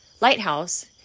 lighthouse